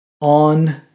on